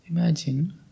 Imagine